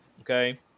Okay